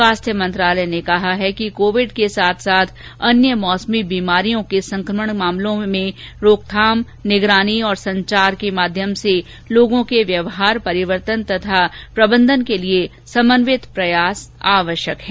स्वास्थ्य मंत्रालय ने कहा है कि कोविड के साथ साथ अन्य मौसमी बीमारियों के संक्रमण के मामलों में रोकथाम निगरानी और संचार के माध्यम से लोगों के व्यवहार परिवर्तन तथा प्रबंधन के समन्वित प्रयास आवश्यक हैं